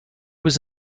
was